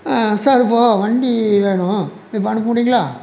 sir இப்போது வண்டி வேணும் இப்போது அனுப்ப முடியுங்களா